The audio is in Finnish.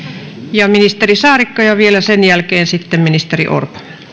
ja ministeri saarikko ja vielä sen jälkeen sitten ministeri orpo